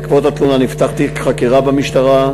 בעקבות התלונה נפתח תיק חקירה במשטרה,